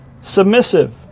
submissive